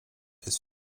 his